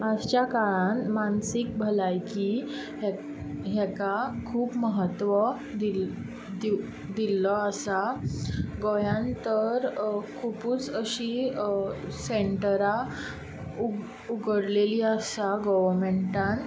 आजच्या काळान मानसीक भलायकी हेक हेका खूब महत्व दिल्ल दिव दिल्लो आसा गोंयांत तर खुबूच अशीं सँटरां उग उगडलेलीं आसा गोवमँटान